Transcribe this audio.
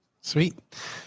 Sweet